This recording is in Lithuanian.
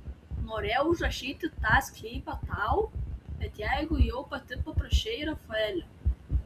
norėjau užrašyti tą sklypą tau bet jeigu jau pati paprašei rafaelio